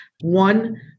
One